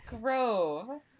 Grove